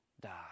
die